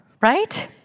right